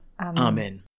Amen